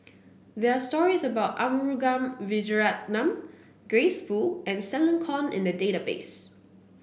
there are stories about Arumugam Vijiaratnam Grace Fu and Stella Kon in the database